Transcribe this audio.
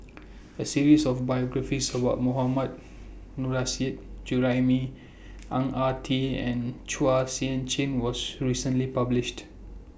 A series of biographies about Mohammad Nurrasyid Juraimi Ang Ah Tee and Chua Sian Chin was recently published